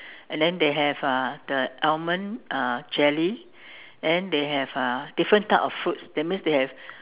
and then they have uh the almond uh jelly and then they have uh different types of fruits that means they have